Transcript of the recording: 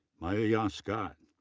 miaya ah scott,